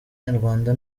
nyarwanda